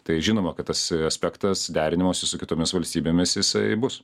tai žinoma kad tas aspektas derinimosi su kitomis valstybėmis jisai bus